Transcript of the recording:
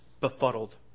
befuddled